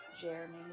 Jeremy